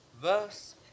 verse